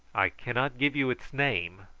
i cannot give you its name,